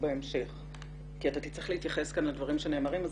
בהמשך כי אתה תצטרך להתייחס לדברי שייאמרו כאן.